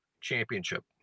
championship